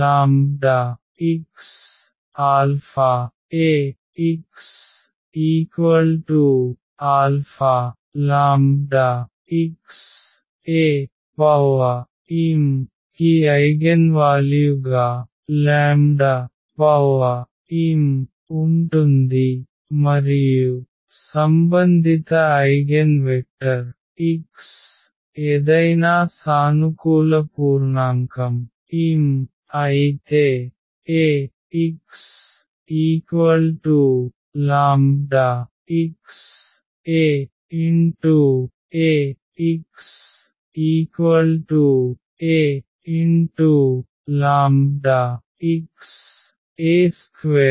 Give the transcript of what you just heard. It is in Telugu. AxλxαAxαλx Am కి ఐగెన్వాల్యు గా m ఉంటుంది మరియు సంబంధిత ఐగెన్ వెక్టర్ x ఎదైనా సానుకూల పూర్ణాంకం m అయితే